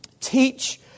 teach